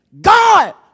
God